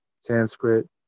Sanskrit